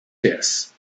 this